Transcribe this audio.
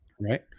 Right